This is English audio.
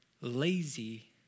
lazy